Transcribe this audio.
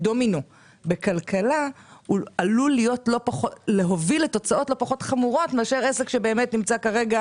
דומינו בכלכלה עלול להוביל לתוצאות לא פחות חמורות מאשר עסק שנמצא כרגע